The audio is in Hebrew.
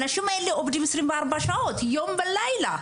האנשים האלה עובדים 24 שעות, יום ולילה.